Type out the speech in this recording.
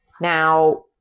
Now